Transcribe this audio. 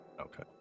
Okay